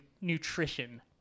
nutrition